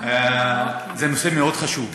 זה נושא מאוד חשוב,